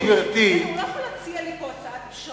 הוא לא יכול להציע לי פה הצעת פשרה.